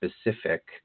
specific